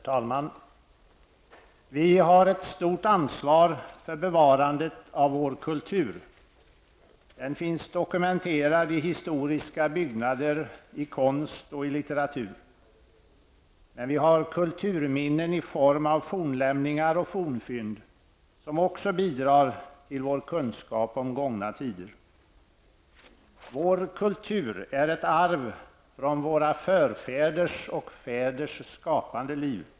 Herr talman! Vi har ett stort ansvar för bevarandet av vår kultur. Den finns dokumenterad i historiska byggnader, i konst och i litteratur. Men vi har kulturminnen i form av fornlämningar och fornfynd som också bidrar till vår kunskap om gångna tider. Vår kultur är ett arv från våra förfäders och fäders skapande liv.